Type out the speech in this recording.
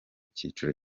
cyiciro